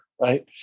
right